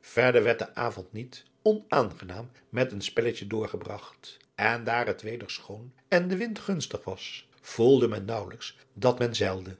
verder werd de avond niet onaangenaam met een spelletje doorgebragt en daar het weder schoon en de wind gunstig was voelde men naauwelijks dat men zeilde